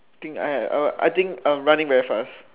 I think I I I think running very fast